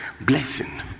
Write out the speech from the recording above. blessing